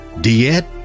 Diet